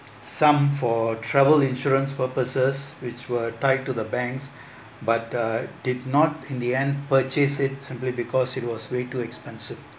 some for travel insurance purposes which were tied to the banks but uh did not in the end purchase it simply because it was way too expensive